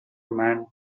men